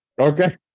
Okay